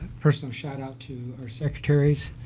personal shout out to our secretaries,